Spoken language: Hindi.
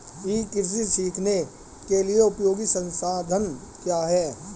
ई कृषि सीखने के लिए उपयोगी संसाधन क्या हैं?